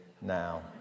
now